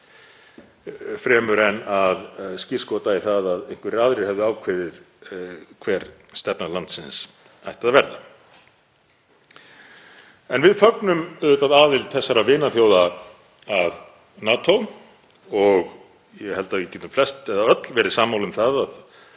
fremur en að skírskota í það að einhverjir aðrir hefðu ákveðið hver stefna landsins ætti að verða. En við fögnum auðvitað aðild þessara vinaþjóða að NATO og ég held að við getum flest eða öll verið sammála um það að